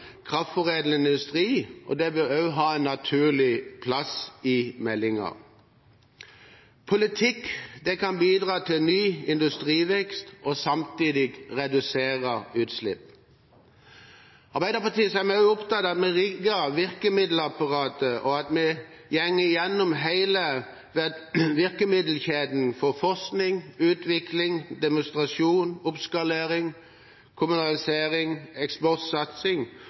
kraftforedlende industri, og det bør ha en naturlig plass i meldingen. Politikk kan bidra til ny industrivekst og samtidig redusere utslipp. I Arbeiderpartiet er vi også opptatt av at vi rigger virkemiddelapparatet, og at vi går gjennom hele virkemiddelkjeden for forskning, utvikling, demonstrasjon, oppskalering, kommersialisering og eksportsatsing